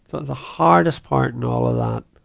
the hardest part in all of that,